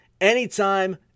anytime